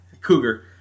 Cougar